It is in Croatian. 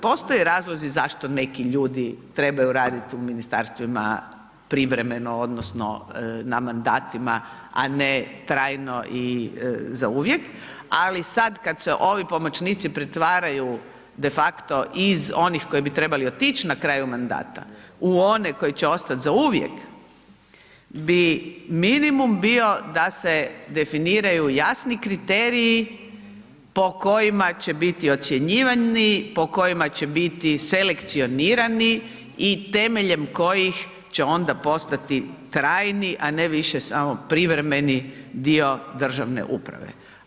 Postoji razlozi zašto neki ljudi trebaju raditi u ministarstvima privremeno, odnosno, na mandatima a ne trajno i zauvijek, ali sada kada se ovi pomoćnici pretvaraju de facto iz onih koji bi trebali otići na kraju mandata u one koji će ostati zauvijek, bi minimum bio da se definiraju jasni kriteriji po kojima će biti ocjenjivani, po kojima će biti selekcionirani i temeljem kojih će onda postati trajni, a ne više samo privremeni dio državne uprave.